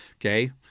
okay